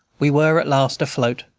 we were at last afloat.